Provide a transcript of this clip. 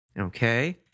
Okay